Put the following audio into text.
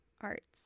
arts